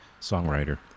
songwriter